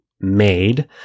made